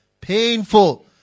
Painful